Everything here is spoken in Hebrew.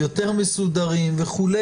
יותר מסודרים וכו',